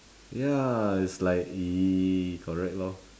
ya is like !ee! correct lor